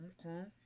Okay